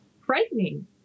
frightening